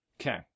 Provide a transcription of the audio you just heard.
Okay